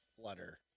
flutter